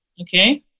Okay